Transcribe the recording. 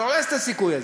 זה הורס את הסיכוי הזה.